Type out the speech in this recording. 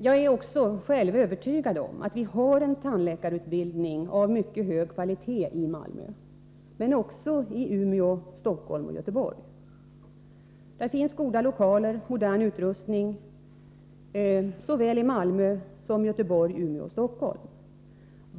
Jag är också själv övertygad om att vi har en tandläkarutbildning av mycket hög kvalitet i Malmö, men också i Umeå, Stockholm och Göteborg. Det finns goda lokaler och modern utrustning såväli Malmö och Göteborg som i Umeå och Stockholm.